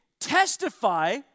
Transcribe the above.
testify